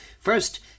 First